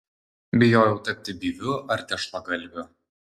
bijojau tapti byviu ar tešlagalviu